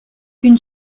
une